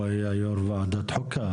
הוא היה יו"ר ועדת חוקה,